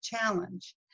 challenge